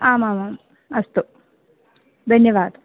आमामाम् अस्तु धन्यवादः